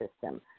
system